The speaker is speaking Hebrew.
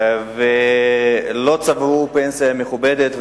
לא צברו פנסיה מכובדת,